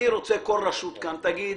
אני רוצה שכל רשות כאן תגיד,